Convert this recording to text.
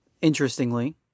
interestingly